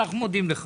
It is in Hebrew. אנחנו מודים לך.